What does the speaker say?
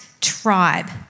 tribe